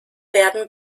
werden